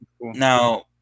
now